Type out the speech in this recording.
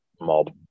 mob